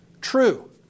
True